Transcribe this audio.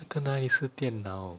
那个哪里是电脑